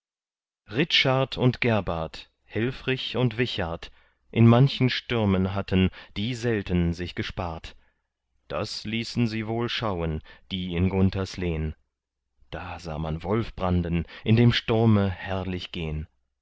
und gerbart helfrich und wichart in manchen stürmen hatten die selten sich gespart das ließen sie wohl schauen die in gunthers lehn da sah man wolfbranden in dem sturme herrlich gehn